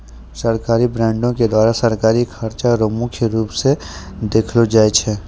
सरकारी बॉंडों के द्वारा सरकारी खर्चा रो मुख्य रूप स देखलो जाय छै